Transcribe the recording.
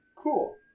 Cool